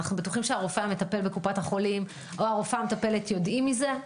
אנחנו בטוחים שהרופא המטפל בקופת החולים או הרופאה המטפלת יודעים מזה?